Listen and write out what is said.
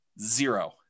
Zero